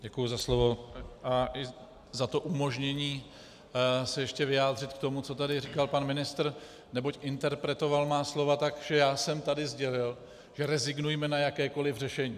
Děkuji za slovo i za umožnění se ještě vyjádřit k tomu, co tady říkal pan ministr, neboť interpretoval má slova tak, že já jsem tady sdělil, že rezignujme na jakékoliv řešení.